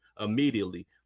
immediately